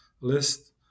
list